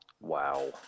Wow